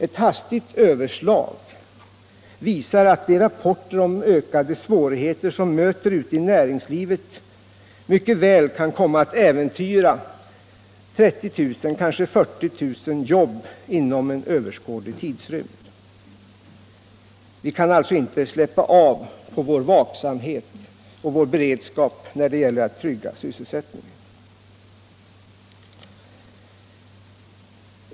Ett hastigt överslag visar att de rapporter om ökade svårigheter som möter ute i näringslivet mycket väl kan komma att äventyra 30 000, kanske 40 000 jobb inom överskådlig tidrymd. Vi kan alltså inte släppa av på vår vaksamhet och vår beredskap när det gäller att trygga sysselsättningen.